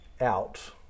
out